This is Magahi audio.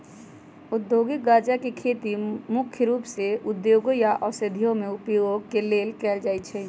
औद्योगिक गञ्जा के खेती मुख्य रूप से उद्योगों या औषधियों में उपयोग के लेल कएल जाइ छइ